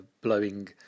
blowing